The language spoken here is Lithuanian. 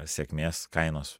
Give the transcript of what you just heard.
sėkmės kainos